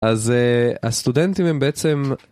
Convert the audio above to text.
אז הסטודנטים הם בעצם...